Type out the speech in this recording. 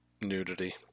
nudity